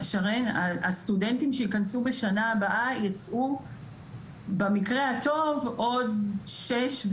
הסטודנטים שייכנסו בשנה הבאה ייצאו במקרה הטוב עוד 6,